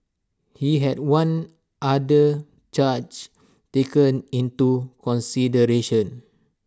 he had one other charge taken into consideration